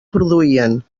produïen